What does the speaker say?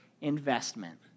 investment